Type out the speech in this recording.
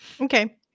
Okay